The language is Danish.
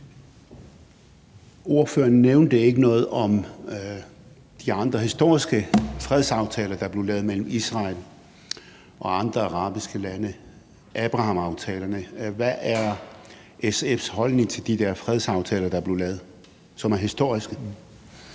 Ordføreren nævnte ikke noget om de andre historiske fredsaftaler, der er blevet lavet mellem Israel og andre arabiske lande – Abrahamaftalerne. Hvad er SF's holdning til de fredsaftaler, der er blevet lavet, og som er historiske?